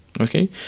okay